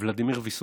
ולדימיר ויסוצקי: